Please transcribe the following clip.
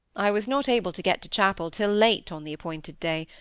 i was not able to get to chapel till late on the appointed day,